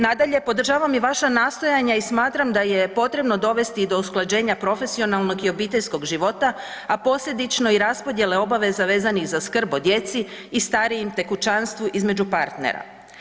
Nadalje, podržavam i vaša nastojanja i smatram da je potrebno dovesti i do usklađenja profesionalnog i obiteljskog života, a posljedično i raspodjele obaveza vezanih za skrb o djeci i starijim, te kućanstvu između partnera.